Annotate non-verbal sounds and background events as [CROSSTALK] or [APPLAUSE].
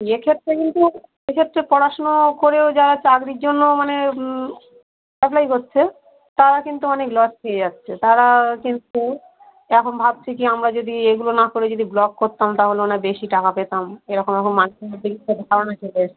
এক্ষেত্রে কিন্তু ওই সব [UNINTELLIGIBLE] পড়াশুনো করেও যারা চাকরির জন্য মানে অ্যাপ্লাই করছে তারা কিন্তু অনেক লস খেয়ে যাচ্ছে তারা কিন্তু এখন ভাবছে কী আমরা যদি এগুলো না করে যদি ব্লগ করতাম তাহলে অনেক বেশি টাকা পেতাম এরকম এরকম মানুষের মধ্যে এই সব ধারণা চলে এসে